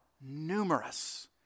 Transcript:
numerous